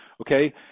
Okay